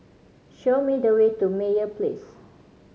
show me the way to Meyer Place